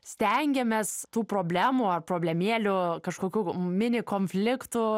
stengiamės tų problemų ar problemėlių kažkokių mini konfliktų